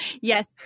yes